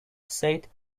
said